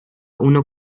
una